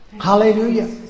Hallelujah